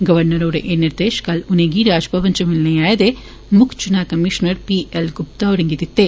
governor होरें एह् निर्देश कल उनेंगी राजभवन च मिलने आए दे मुक्ख चुना कमीशनर पी एल गुप्ता होरें गी दित्ते